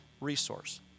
resource